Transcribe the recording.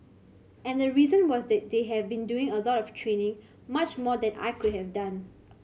and the reason was they they had been doing a lot of training much more than I could have done